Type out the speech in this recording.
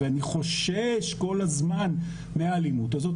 ואני חושש כול הזמן מהאלימות הזאת,